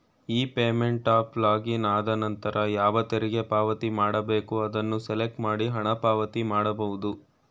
E payment ಅಫ್ login ಆದನಂತರ ಯಾವ ತೆರಿಗೆ ಪಾವತಿ ಮಾಡಬೇಕು ಅದನ್ನು ಸೆಲೆಕ್ಟ್ ಮಾಡಿ ಹಣ ಪಾವತಿ ಮಾಡಬಹುದು